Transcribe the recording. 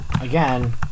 again